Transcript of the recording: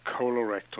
colorectal